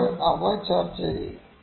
നമ്മൾ അവ ചർച്ച ചെയ്യും